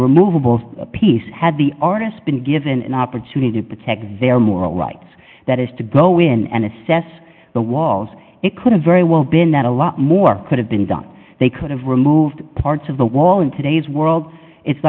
removable piece had the artist been given an opportunity to protect their moral rights that is to go in and assess the walls it could have very well been that a lot more could have been done they could have removed parts of the wall in today's world it's